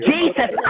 Jesus